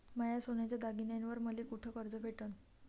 माया सोन्याच्या दागिन्यांइवर मले कुठे कर्ज भेटन?